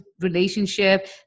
relationship